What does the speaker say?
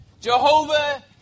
Jehovah